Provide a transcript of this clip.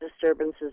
disturbances